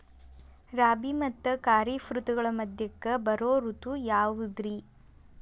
ರಾಬಿ ಮತ್ತ ಖಾರಿಫ್ ಋತುಗಳ ಮಧ್ಯಕ್ಕ ಬರೋ ಋತು ಯಾವುದ್ರೇ?